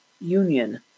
union